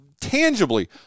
tangibly